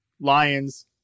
lions